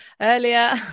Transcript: earlier